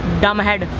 dumb head.